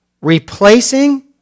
replacing